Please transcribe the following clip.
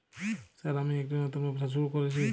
Sir আমি একটি নতুন ব্যবসা শুরু করেছি?